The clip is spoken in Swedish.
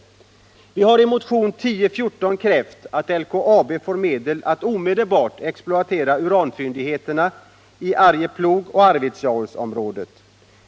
Vi har i motion 1014 krävt att LKAB får medel att omedelbart exploatera uranfyndigheterna i Arjeplog-Arvidsjaurområdet.